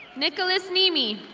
nicholas mimi.